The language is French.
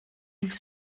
ils